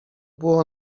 było